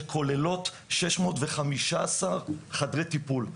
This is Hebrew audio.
שכוללות 615 חדרי טיפול.